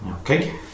Okay